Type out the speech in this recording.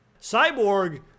Cyborg